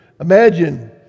Imagine